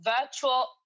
virtual